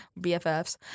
BFFs